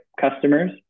customers